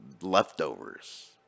leftovers